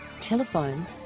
Telephone